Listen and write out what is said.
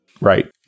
Right